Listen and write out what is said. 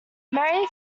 mary